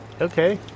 Okay